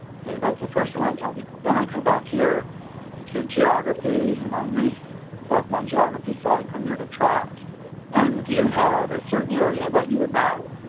okay that's the first thing i tell people then i come back here to geography and i may select my geography so i come here to tract and do you have a certain area that you would map?